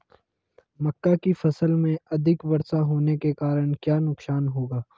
मक्का की फसल में अधिक वर्षा होने के कारण क्या नुकसान होगा?